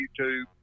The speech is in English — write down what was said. YouTube